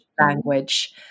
language